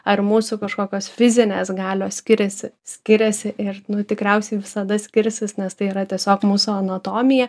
ar mūsų kažkokios fizinės galios skiriasi skiriasi ir tikriausiai visada skirsis nes tai yra tiesiog mūsų anatomija